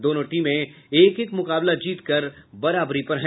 दोनों टीम एक एक मुकाबला जीत कर बराबरी पर हैं